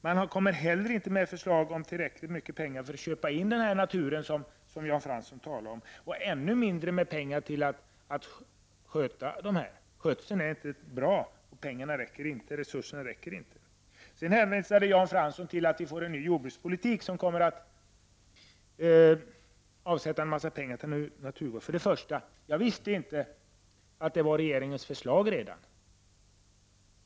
Man kommer inte heller med förslag om tillräckligt mycket pengar för att köpa in den här naturen som Jan Fransson talar om — och ännu mindre med pengar för att sköta denna natur. Skötseln är inte bra, för resurserna räcker inte. Sedan hänvisade Jan Fransson till att vi får en ny jordbrukspolitik, som kommer att innebära att det avsätts en massa pengar till naturvård. Jag visste inte att detta redan var regeringens förslag.